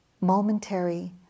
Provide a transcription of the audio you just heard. momentary